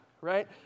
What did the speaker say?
right